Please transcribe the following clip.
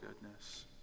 goodness